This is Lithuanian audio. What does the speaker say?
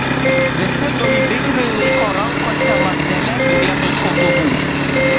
visi dorybingai laiko rankose lazdeles vietoj šautuvų